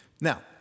Now